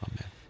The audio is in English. Amen